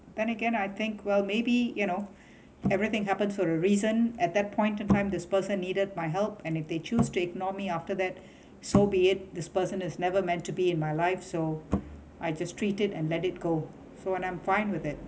then again I think well maybe you know everything happens for a reason at that point of time this person needed my help and if they choose to ignore me after that so be it this person has never meant to be in my life so I just treated and let it go so I am fine with it